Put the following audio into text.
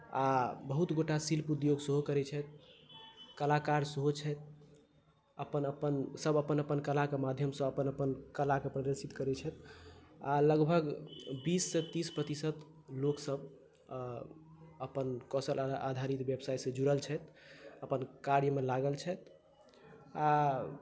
आ बहुत गोटए शिल्प उद्योग सेहो करैत छथि कलाकार सेहो छथि अपन अपन सभ अपन अपन कलाक माध्यमसँ अपन अपन कलाकेँ प्रदर्शित करैत छथि आ लगभग बीससँ तीस प्रतिशत लोकसभ अपन कौशल आधारित व्यवसायसँ जुड़ल छथि अपन कार्यमे लागल छथि आ